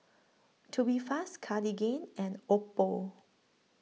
Tubifast Cartigain and Oppo